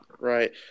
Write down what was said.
Right